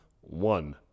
One